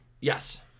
Yes